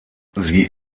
sie